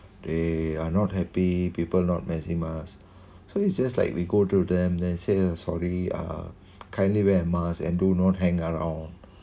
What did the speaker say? they are not happy people not wearing mask so it's just like we go to them then say uh sorry uh kindly wear a mask and do not hang around